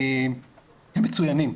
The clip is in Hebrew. הם מצוינים.